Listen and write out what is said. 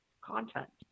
content